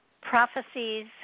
prophecies